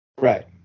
Right